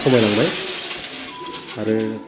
खमायलांबाय आरो